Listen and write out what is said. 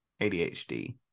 ADHD